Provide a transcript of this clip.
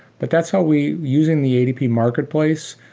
but that's how we using the adp marketplace,